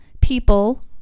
people